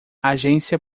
agência